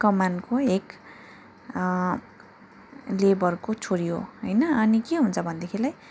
कमानको एक लेबरको छोरी हो होइन अनि के हुन्छ भनेदेखिलाई